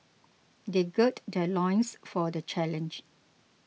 they gird their loins for the challenge